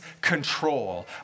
control